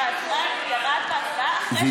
בזמן שהזמן ירד בהצבעה, אחרי שלחצנו, זה התחלף.